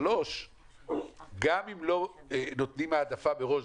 ג' גם אם לא נותנים העדפה מראש,